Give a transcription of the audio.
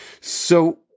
So-